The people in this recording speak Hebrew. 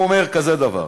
הוא אומר כזה דבר: